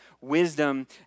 wisdom